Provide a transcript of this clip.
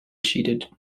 cheated